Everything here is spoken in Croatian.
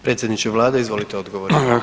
Predsjedniče vlade izvolite odgovor.